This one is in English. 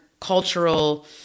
cultural